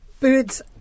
Birds